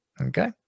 okay